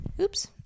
Oops